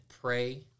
pray